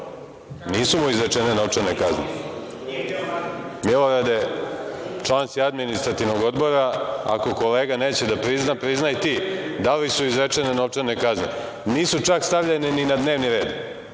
Mirčić: Kako nisu?)Milorade, član si Administrativnog odbora, ako kolega neće da prizna, priznaj ti. Da li su izrečene novčane kazne? Nisu čak stavljene ni na dnevni red.